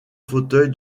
fauteuil